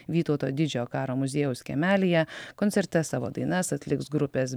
vytauto didžiojo karo muziejaus kiemelyje koncerte savo dainas atliks grupės